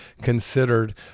considered